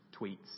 tweets